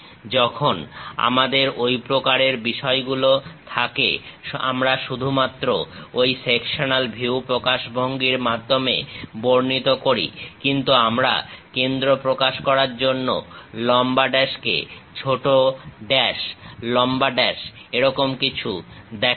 যখন আমাদের ঐ প্রকার বিষয়গুলো থাকে আমরা শুধুমাত্র ঐ সেকশনাল ভিউ প্রকাশভঙ্গির মাধ্যমে বর্ণিত করি কিন্তু আমরা কেন্দ্র প্রকাশ করার জন্য লম্বা ড্যাশ ছোট ড্যাশ লম্বা ড্যাশ এরকম কিছু দেখাইনা